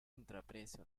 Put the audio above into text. intraprese